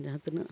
ᱡᱟᱦᱟᱸ ᱛᱤᱱᱟᱹᱜ